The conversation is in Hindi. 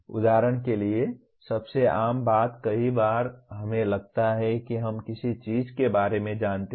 उदाहरण के लिए सबसे आम बात कई बार हमें लगता है कि हम किसी चीज के बारे में जानते हैं